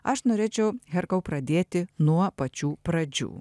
aš norėčiau herkau pradėti nuo pačių pradžių